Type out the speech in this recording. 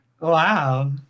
Wow